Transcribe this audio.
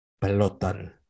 Peloton